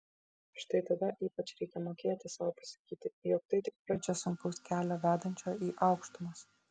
štai tada ypač reikia mokėti sau pasakyti jog tai tik pradžia sunkaus kelio vedančio į aukštumas